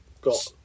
got